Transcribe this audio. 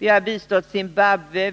Vi har bistått Zimbabwe.